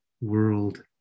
world